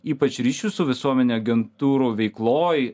ypač ryšių su visuomene agentūrų veikloj